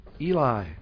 Eli